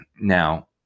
Now